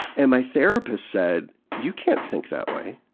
and my therapist said, you can't think that way.